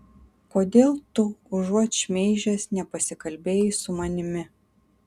kodėl tu užuot šmeižęs nepasikalbėjai su manimi